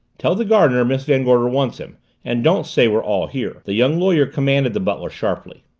tell the gardener miss van gorder wants him and don't say we're all here, the young lawyer commanded the butler sharply.